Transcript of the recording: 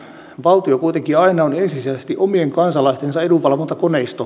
valtio kuitenkin aina on ensisijaisesti omien kansalaistensa edunvalvontakoneisto